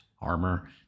armor